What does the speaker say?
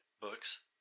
books